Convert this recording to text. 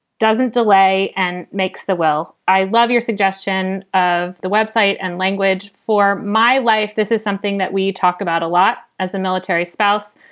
doesn't delay and makes the well i love your suggestion of the website and language for my life. this is something that we talk about a lot as a military spouse.